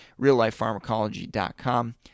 reallifepharmacology.com